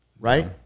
right